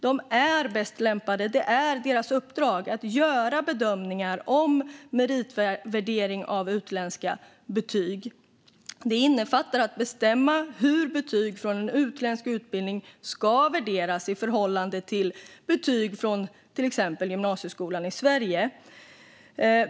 De är bäst lämpade och det är deras uppdrag att göra bedömningar om meritvärdering av utländska betyg. Det innefattar att bestämma hur betyg från en utländsk utbildning ska värderas i förhållande till betyg från till exempel gymnasieskolan i Sverige.